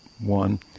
one